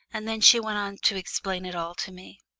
and then she went on to explain it all to me.